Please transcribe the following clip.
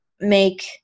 make